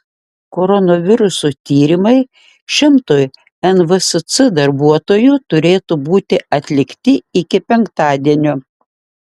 koronaviruso tyrimai šimtui nvsc darbuotojų turėtų būti atlikti iki penktadienio